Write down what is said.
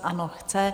Ano, chce.